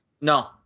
No